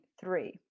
three